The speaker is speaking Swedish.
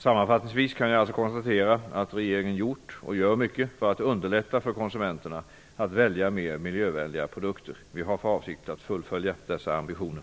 Sammanfattningsvis kan jag alltså konstatera att regeringen gjort och gör mycket för att underlätta för konsumenterna att välja mer miljövänliga produkter. Vi har för avsikt att fullfölja dessa ambitioner.